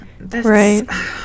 Right